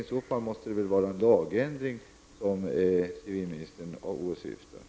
Det måste väl i så fall vara en lagändring som civilministern åsyftar.